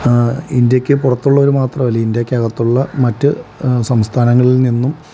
ഇന്ത്യയ്ക്ക് പുറത്തുള്ളവർ മാത്രമല്ല ഇന്ത്യയ്ക്ക് അകത്തുള്ള മറ്റ് സംസ്ഥാനങ്ങളിൽ നിന്നും